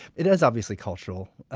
it is obviously cultural.